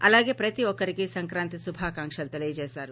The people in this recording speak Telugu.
అలాగే ప్రతి ఒక్కరికీ సంక్రాంతి శుభాకాంక్షలు తెలియజేసారు